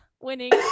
winning